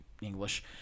English